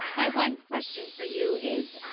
my one question for you is,